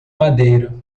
madeira